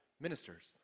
ministers